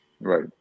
Right